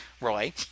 Roy